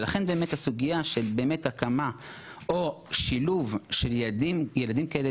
ולכן באמת הסוגייה של הקמה או שילוב של ילדים כאלה